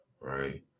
right